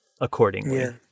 accordingly